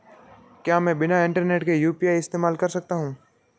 क्या मैं बिना इंटरनेट के यू.पी.आई का इस्तेमाल कर सकता हूं?